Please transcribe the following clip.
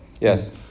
Yes